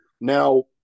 Now